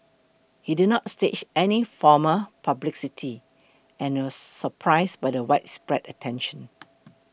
he did not stage any formal publicity and was surprised by the widespread attention